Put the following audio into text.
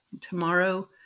Tomorrow